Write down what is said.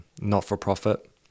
Not-for-profit